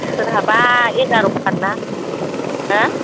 सोरहाबा एगार' फारला हो